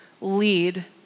lead